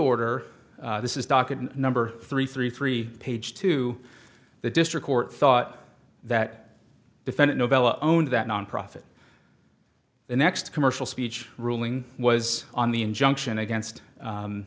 order this is docket number three three three page two the district court thought that defendant novello owned that nonprofit the next commercial speech ruling was on the injunction against